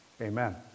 Amen